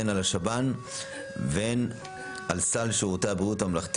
הן על השב"ן והן על סל שירותי הבריאות הממלכתי